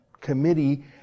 committee